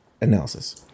analysis